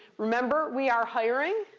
remember, we are hiring.